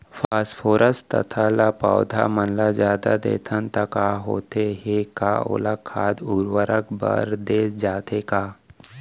Phosphorus तथा ल पौधा मन ल जादा देथन त का होथे हे, का ओला खाद उर्वरक बर दे जाथे का?